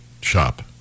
shop